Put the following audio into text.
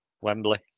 Wembley